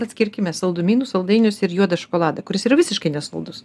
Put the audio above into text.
atskirkime saldumynus saldainius ir juodą šokoladą kuris yra visiškai nesaldus